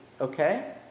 okay